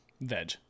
veg